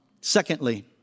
Secondly